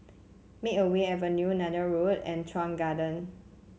Makeway Avenue Neythal Road and Chuan Garden